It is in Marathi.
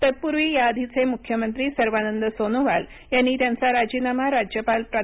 तत्पूर्वी या आधीचे मुख्यमंत्री सर्वानंद सोनोवाल यांनी त्यांचा राजीनामा राज्यपाल प्रा